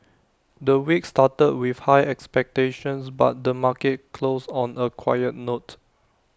the week started with high expectations but the market closed on A quiet note